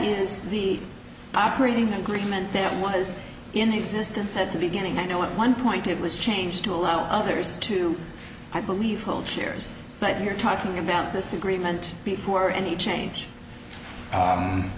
is the operating agreement that was in existence at the beginning and now at one point it was changed to allow others to i believe hold shares but you're talking about this agreement before any change